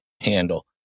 handle